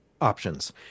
options